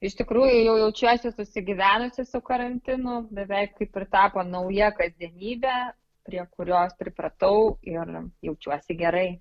iš tikrųjų jau jaučiuosi susigyvenusi su karantinu beveik kaip ir tapo nauja kasdienybe prie kurios pripratau ir jaučiuosi gerai